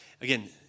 again